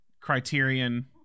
Criterion